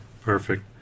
Perfect